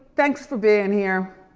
thanks for being here.